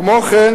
כמו כן,